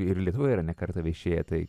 ir lietuvoje yra ne kartą viešėję tai